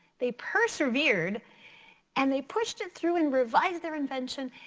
they persevered and they pushed it through and revised their invention.